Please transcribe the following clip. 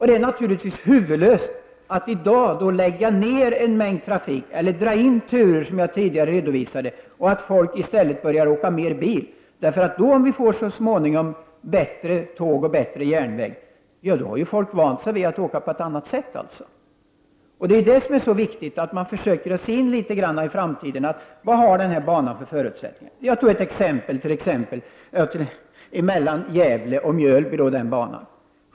Det är naturligtvis huvudlöst att i dag upphöra med en stor del av trafiken eller dra in turer, vilket jag tidigare har redovisat, så att folk i stället börjar åka mer bil. Om vi så småningom får en bättre järnväg och bättre tåg, då har folk redan vant sig vid att färdas på ett annat sätt. Det är därför viktigt att försöka se in i framtiden litet grand och ta reda på vilka förutsättningar en viss bana har. Jag tog som exempel banan Gävle Mjölby.